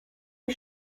die